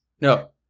no